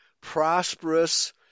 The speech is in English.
prosperous